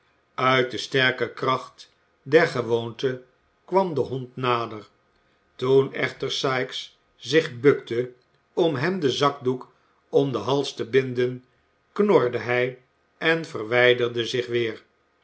uit de sterke kracht der gewoonte kwam de hond nader toen echter sikes zich bukte om hem den zakdoek om den hals te binden knorde hij en verwijderde zich weer